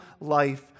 life